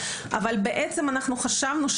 אך חשבנו,